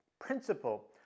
principle